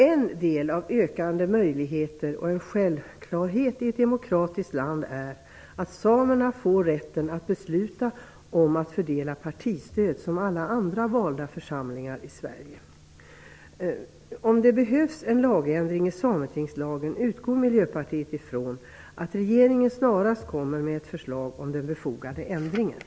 En del av ökande möjligheter, en självklarhet i ett demokratiskt land, är att samerna får rätten att besluta om att fördela partistöd som alla andra valda församlingar i Sverige. Om det behövs en lagändring i sametingslagen utgår Miljöpartiet ifrån att regeringen snarast kommer med ett förslag om den befogade ändringen.